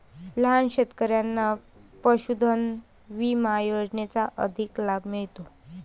लहान शेतकऱ्यांना पशुधन विमा योजनेचा अधिक लाभ मिळतो